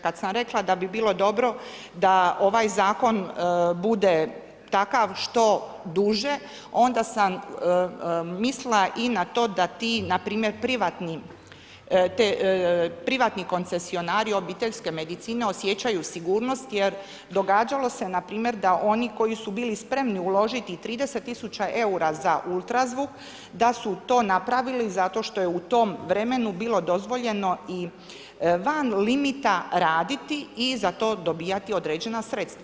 Kad sam rekla da bi bilo dobro da ovaj Zakon bude takav što duže, onda sam mislila i na to da ti npr. privatni koncesionari obiteljske medicine osjećaju sigurnost jer događalo se npr. da oni koji su bili spremni uložiti i 30 tisuća eura za UZV da su to napravili zato što je u tom vremenu bilo dozvoljeno i van limita raditi i za to dobivati određena sredstva.